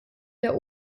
der